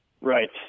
Right